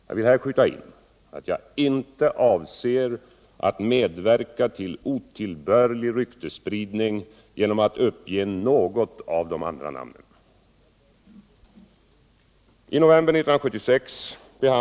Jag vill här skjuta in att jag inte avser att medverka till otillbörlig ryktesspridning genom att uppge något av de andra namnen.